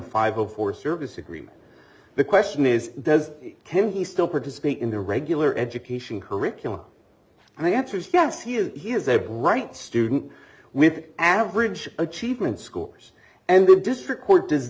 five zero four service agreement the question is does him he still participate in the regular education curriculum and the answer is yes he is he is a bright student with an average achievement scores and the district court does